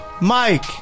Mike